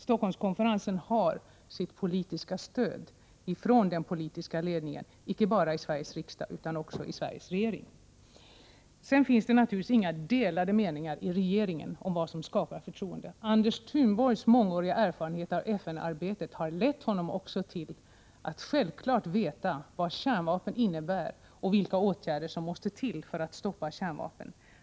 Stockholmskonferensen har sitt politiska stöd från den politiska ledningen icke bara i Sveriges riksdag utan också i Sveriges regering. Det finns naturligtvis inga delade meningar i regeringen om vad som skapar förtroende. Anders Thunborgs mångåriga erfarenhet av FN-arbete har lett honom till att också självklart veta vad kärnvapen innebär och vilka åtgärder som måste till för att stoppa kärnvapen.